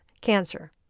cancer